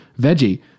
veggie